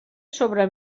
sobre